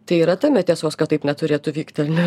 tai yra tame tiesos kad taip neturėtų vykti ar ne